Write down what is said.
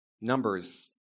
numbers